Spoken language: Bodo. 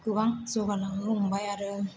गोबां जौगालांनो हमबाय आरो